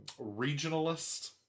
regionalist